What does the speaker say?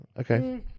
Okay